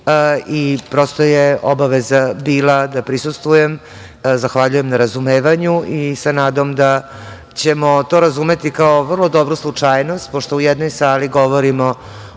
i prosto je obaveza bila da prisustvujem. Zahvaljujem na razumevanju i sa nadom da ćemo to razumeti kao vrlo dobru slučajnost, pošto u jednoj sali govorimo